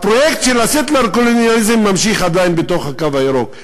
הפרויקט ממשיך עדיין בתוך הקו הירוק.